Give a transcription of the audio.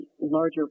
larger